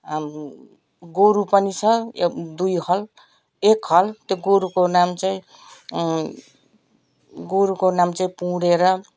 गोरु पनि छ एक दुई हल एक हल त्यो गोरुको नाम चाहिँ गोरुको नाम चाहिँ पुँडे र